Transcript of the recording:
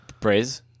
praise